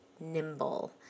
nimble